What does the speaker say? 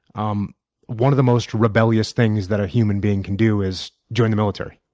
um one of the most rebellious things that a human being can do is join the military.